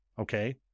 okay